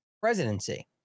presidency